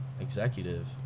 Executive